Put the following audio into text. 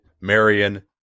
Marion